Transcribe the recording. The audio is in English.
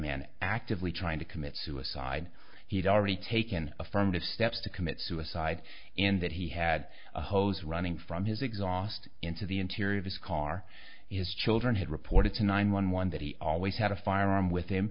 man actively trying to commit suicide he had already taken affirmative steps to commit suicide in that he had a hose running from his exhaust into the interior of this car is children had reported to nine one one that he always had a firearm with him